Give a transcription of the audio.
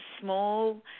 small